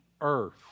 earth